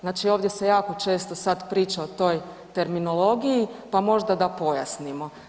Znači ovdje se jako često sad priča o toj terminologiji pa možda da pojasnimo.